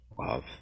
love